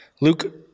Luke